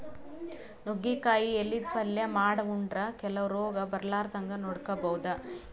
ನುಗ್ಗಿಕಾಯಿ ಎಲಿದ್ ಪಲ್ಯ ಮಾಡ್ ಉಂಡ್ರ ಕೆಲವ್ ರೋಗ್ ಬರಲಾರದಂಗ್ ನೋಡ್ಕೊಬಹುದ್